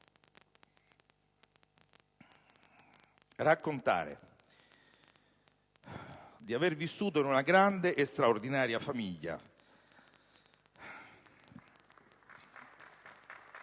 raccontare di aver vissuto in una grande e straordinaria famiglia,